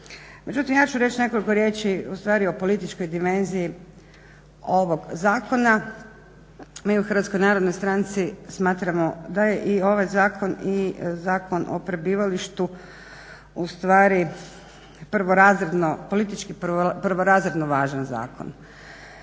Međutim, ja ću reći nekoliko riječi, ustvari o političkoj dimenziji ovog zakona, mi u HNS-u smatramo da je i ovaj zakon i Zakon o prebivalištu ustvari prvorazredni, politički prvorazredno važan zakon.